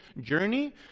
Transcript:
journey